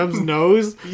nose